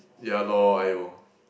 ya lor !aiyo!